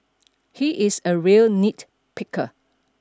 he is a real nitpicker